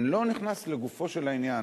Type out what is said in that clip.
אני לא נכנס לגופו של העניין,